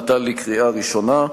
לשם הכנתה לקריאה ראשונה.